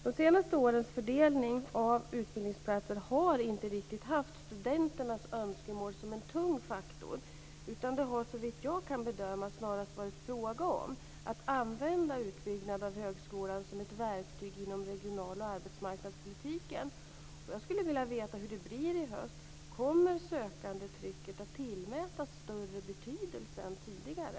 De senaste årens fördelning av utbildningsplatser har inte riktigt haft studenternas önskemål som en tung faktor, utan det har såvitt jag kan bedöma snarast varit fråga om att använda utbyggnad av högskolan som ett verktyg inom regional och arbetsmarknadspolitiken. Jag skulle vilja veta hur det blir i höst. Kommer sökandetrycket att tillmätas större betydelse än tidigare?